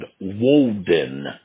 Woden